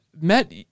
met